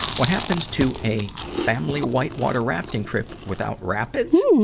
what happens to a family whitewater rafting trip without rapids?